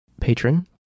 patron